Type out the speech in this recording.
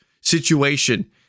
situation